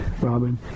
Robin